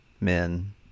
men